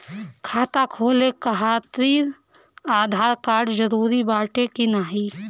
खाता खोले काहतिर आधार कार्ड जरूरी बाटे कि नाहीं?